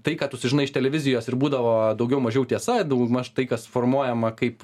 tai ką tu sužinai iš televizijos ir būdavo daugiau mažiau tiesa daugmaž tai kas formuojama kaip